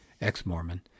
ex-Mormon